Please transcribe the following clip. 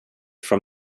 from